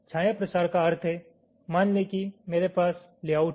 छाया प्रसार का अर्थ है मान लें कि मेरे पास लेआउट है